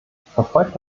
verfolgt